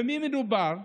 במי מדובר?